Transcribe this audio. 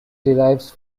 derives